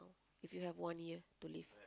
if you have one year to live